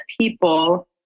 people